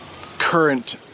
current